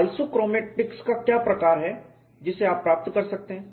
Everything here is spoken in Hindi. आइसोक्रोमैटिक्स का क्या प्रकार क्या है जिसे आप प्राप्त कर सकते हैं